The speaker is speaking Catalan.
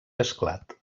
esclat